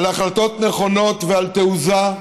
על החלטות נכונות ועל תעוזה.